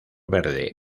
verde